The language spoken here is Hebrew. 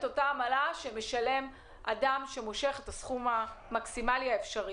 אותה עמלה שמשלם אדם שמושך את הסכום המקסימלי האפשרי?